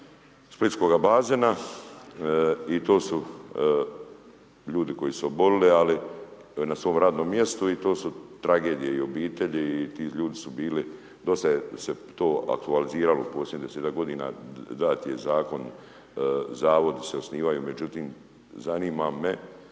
splitskoga bazena i to su ljudi koji su oboljeli na svom radnom mjestu i to su tragedije i u obitelji i ti ljudi su bili, dosta se to aktualiziralo posljednjih 10 godina, dat je Zakon, Zavodi se osnivaju, međutim, zanima me